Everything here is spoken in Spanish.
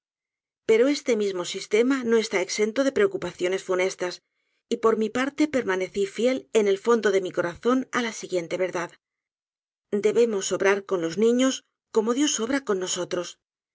pero este mismo sistema no está exento de preocupaciones funestas y por mi parte permanecí fielen el fondo de mi corazón á la siguiente verdad debemos obrar con los niños como dios obra con nosotros